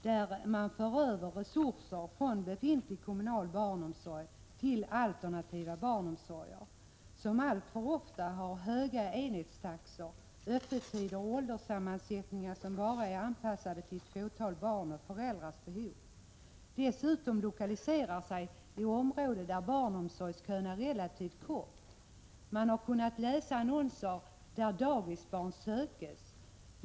Där för man över resurser från befintlig kommunal barnomsorg till alternativ barnomsorg, som alltför ofta har höga enhetstaxor samt öppettider och ålderssammansättningar som bara är anpassade till ett fåtal barns och föräldrars behov. Dessutom lokaliserar sig omsorgen till områden där barnomsorgskön är relativt kort. Man har kunnat i tidningar läsa annonser där dagisbarn söks.